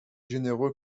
généreux